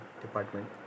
department